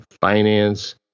finance